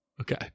Okay